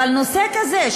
אבל נושא כזה,